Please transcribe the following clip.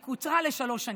היא קוצרה לשלוש שנים.